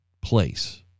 place